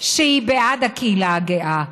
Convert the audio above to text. שהיא בעד הקהילה הגאה.